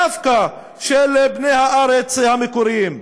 דווקא של בני הארץ המקוריים.